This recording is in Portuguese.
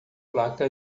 placa